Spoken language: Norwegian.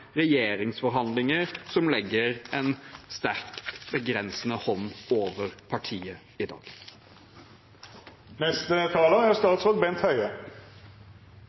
regjeringsforhandlinger som legger en sterkt begrensende hånd over partiet i